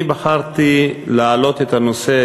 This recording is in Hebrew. אני בחרתי להעלות את הנושא